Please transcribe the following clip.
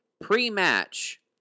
pre-match